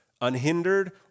Unhindered